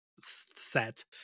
set